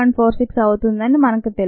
46 అవుతుందని మనకు తెలుసు